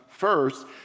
First